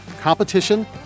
Competition